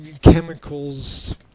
chemicals